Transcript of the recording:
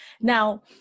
now